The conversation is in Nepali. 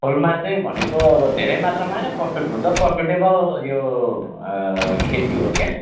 फुलमा चाहिँ भनेको अब धेरै मात्रामा नै प्रोफिट हुन्छ प्रोफिटेबल यो खेती हो क्या